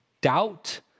doubt